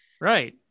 Right